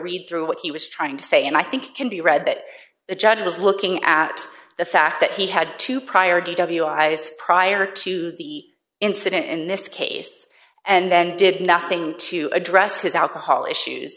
read through what he was trying to say and i think can be read that the judge was looking at the fact that he had two prior dwi use prior to the incident in this case and then did nothing to address his alcohol issues